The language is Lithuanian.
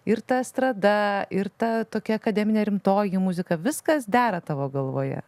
ir ta estrada ir ta tokia akademinė rimtoji muzika viskas dera tavo galvoje